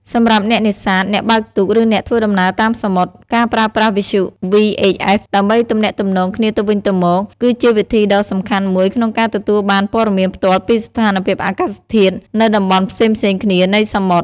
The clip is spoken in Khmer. សម្រាប់អ្នកនេសាទ អ្នកបើកទូក ឬអ្នកធ្វើដំណើរតាមសមុទ្រ ការប្រើប្រាស់វិទ្យុ VHF ដើម្បីទំនាក់ទំនងគ្នាទៅវិញទៅមក គឺជាវិធីដ៏សំខាន់មួយក្នុងការទទួលបានព័ត៌មានផ្ទាល់ពីស្ថានភាពអាកាសធាតុនៅតំបន់ផ្សេងៗគ្នានៃសមុទ្រ។